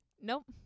nope